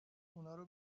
اونارو